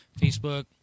facebook